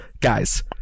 guys